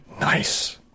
Nice